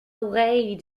oreilles